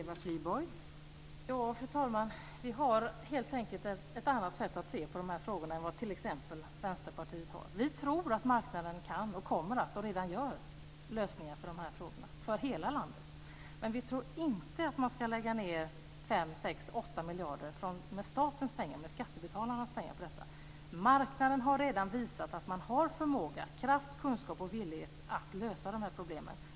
Fru talman! Vi har helt enkelt ett annat sätt att se på de här frågorna än vad t.ex. Vänsterpartiet har. Vi tror att marknaden kan åstadkomma, kommer att åstadkomma och redan åstadkommer lösningar på de här frågorna - för hela landet. Men vi tror inte att man ska lägga ned 5-8 miljarder av statens och skattebetalarnas pengar på detta. Marknaden har redan visat att den har förmåga, kraft, kunskap och vilja att lösa de här problemen.